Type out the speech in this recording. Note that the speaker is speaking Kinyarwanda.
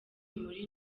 muri